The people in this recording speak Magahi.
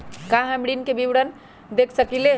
का हम ऋण के विवरण देख सकइले?